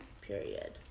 Period